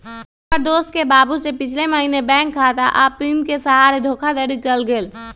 हमर दोस के बाबू से पिछले महीने बैंक खता आऽ पिन के सहारे धोखाधड़ी कएल गेल